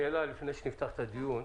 יש לי שאלה לפני שנפתח את הדיון: